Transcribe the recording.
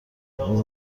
اومد